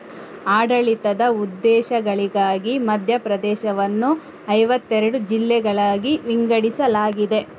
ಆಡಳಿತದ ಉದ್ದೇಶಗಳಿಗಾಗಿ ಮಧ್ಯಪ್ರದೇಶವನ್ನು ಐವತ್ತೆರಡು ಜಿಲ್ಲೆಗಳಾಗಿ ವಿಂಗಡಿಸಲಾಗಿದೆ